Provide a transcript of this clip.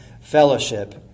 fellowship